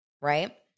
right